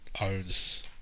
owns